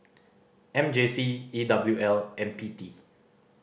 M J C E W L and P T